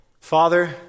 Father